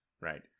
right